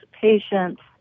patients